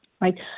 Right